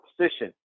position